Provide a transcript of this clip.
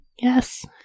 Yes